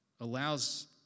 allows